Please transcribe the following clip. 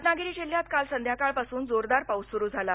रत्नागिरी जिल्ह्यात काल संध्याकाळपासून जोरदार पाऊस सुरू झाला